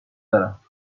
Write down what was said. دارم